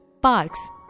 parks